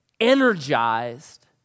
energized